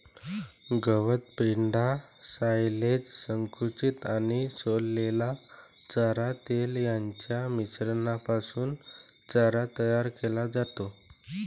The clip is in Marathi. गवत, पेंढा, सायलेज, संकुचित आणि सोललेला चारा, तेल यांच्या मिश्रणापासून चारा तयार केला जातो